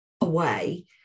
away